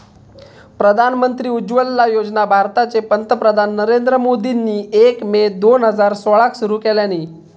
प्रधानमंत्री उज्ज्वला योजना भारताचे पंतप्रधान नरेंद्र मोदींनी एक मे दोन हजार सोळाक सुरू केल्यानी